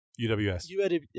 UWS